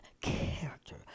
character